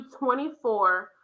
24